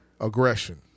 aggression